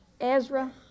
ezra